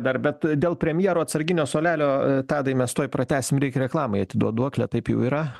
dar bet dėl premjero atsarginio suolelio tadai mes tuoj pratęsim reikia reklamai atiduot duoklę taip jau yra